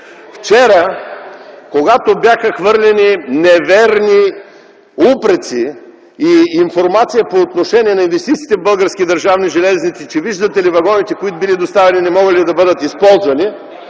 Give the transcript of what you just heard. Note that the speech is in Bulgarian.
Вчера, когато бяха хвърлени неверни упреци и информация по отношение на инвестициите в Български държавни железници, че, виждате ли, вагоните, които били доставени, не можели да бъдат използвани,